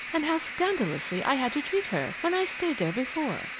and how scandalously i had to treat her when i stayed there before.